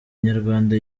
inyarwanda